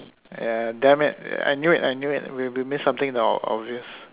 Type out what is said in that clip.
yeah damn it I knew it I knew it we we missed something obvious